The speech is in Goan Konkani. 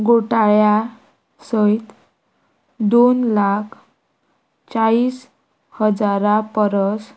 घोटाळ्या सयत दोन लाख चाळीस हजारा परस